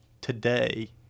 today